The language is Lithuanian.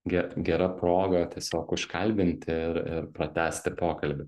ge gera proga tiesiog užkalbinti ir ir pratęsti pokalbį